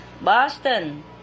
Boston